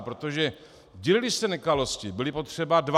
Protože dělyli se nekalosti, byli potřeba dva.